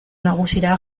nagusira